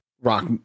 rock